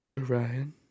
Ryan